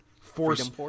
Force